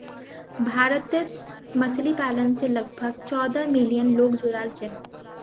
भारतत मछली पालन स लगभग चौदह मिलियन लोग जुड़ाल छेक